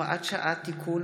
הוראת שעה) (תיקון),